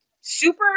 super